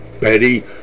Betty